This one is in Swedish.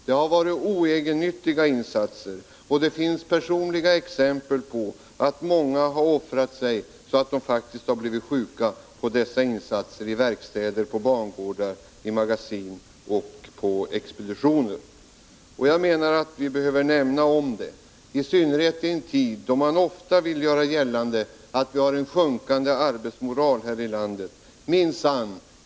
Det har förekommit oegennyttiga insatser, och det finns många exempel på personer som har offrat sig i sitt arbete — i verkstäder, på bangårdar, i magasin och på expeditioner — så att de faktiskt har blivit sjuka. Jag menar att vi behöver nämna detta, i synnerhet i en tid då man ofta vill göra gällande att vi har en sjunkande arbetsmoral här i landet.